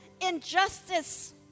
injustice